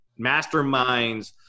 masterminds